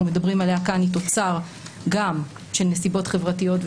מדברים עליה כאן היא גם תוצר של נסיבות חברתיות,